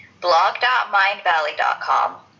blog.mindvalley.com